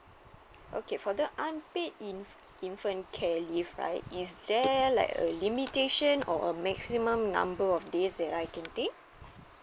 okay for the unpaid in~ infant care leave right is there like a limitation or a maximum number of days that I can take